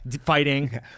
fighting